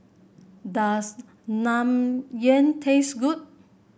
does Naengmyeon taste good